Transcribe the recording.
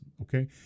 okay